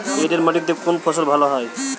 এঁটেল মাটিতে কোন ফসল ভালো হয়?